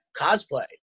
cosplay